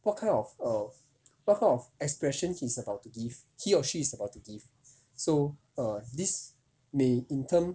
what kind of err what kind of expression he's about to give he or she is about to give so uh this may in turn